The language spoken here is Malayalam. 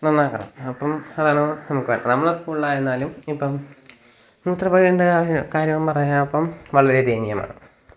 നന്നാക്കണം അപ്പം അതാണ് നമുക്ക് വേണ്ടത് നമ്മുടെ സ്കൂളിൽ ആയിരുന്നാലും ഇപ്പം മൂത്രപ്പുരയുണ്ട് അതിന് കാര്യം പറഞ്ഞാൽ ഇപ്പം വളരെ ദയനീയമാണ്